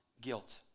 guilt